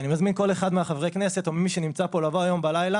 אני מזמין כל אחד מחברי הכנסת או ממי שנמצא פה לבוא היום בלילה,